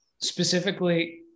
specifically